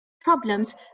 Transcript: problems